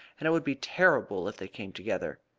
and it would be terrible if they came together.